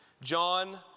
John